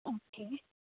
okay